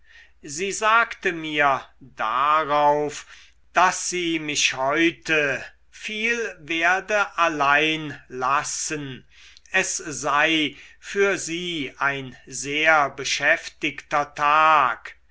sie sagte mir darauf daß sie mich heute viel werde allein lassen es sei für sie ein sehr beschäftigter tag